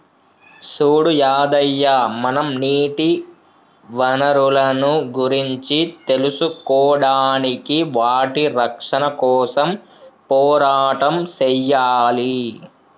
సూడు యాదయ్య మనం నీటి వనరులను గురించి తెలుసుకోడానికి వాటి రక్షణ కోసం పోరాటం సెయ్యాలి